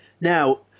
Now